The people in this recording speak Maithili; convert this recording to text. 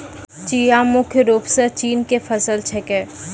चिया मुख्य रूप सॅ चीन के फसल छेकै